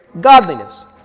godliness